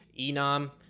Enom